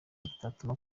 bitatuma